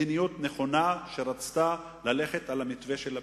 עם מדיניות נכונה שרצתה ללכת על מתווה הפתרון.